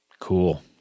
Cool